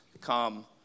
come